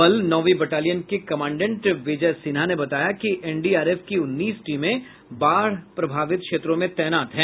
बल नौंवी बटालियन के कमांडेंट विजय सिन्हा ने बताया कि एनडीआरएफ की उन्नीस टीमें बाढ़ प्रभावित क्षेत्रों में तैनात हैं